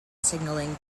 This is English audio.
signalling